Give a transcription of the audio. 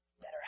Better